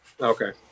Okay